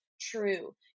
true